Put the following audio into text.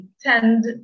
tend